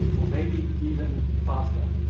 or maybe even faster?